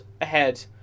ahead